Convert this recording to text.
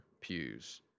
pews